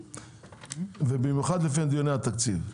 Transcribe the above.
במיוחד לפני דיוני התקציב.